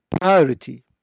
priority